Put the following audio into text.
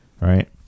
right